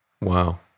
Wow